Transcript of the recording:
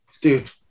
dude